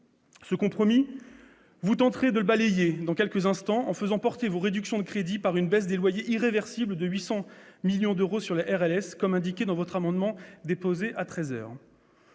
Ce compromis, vous tenterez de le balayer dans quelques instants en faisant porter vos réductions de crédits par une baisse des loyers irréversible de 800 millions d'euros sur la RLS, comme l'indique l'amendement que vous